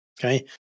Okay